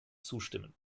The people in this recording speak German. zustimmen